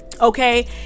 Okay